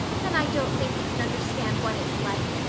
then i don't think you can understand what it's like.